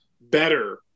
better